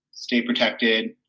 stay protected.